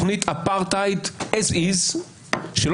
עדיין היה צריך את סעיף שמירת הדינים כדי